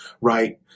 right